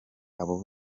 aba